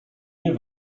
nie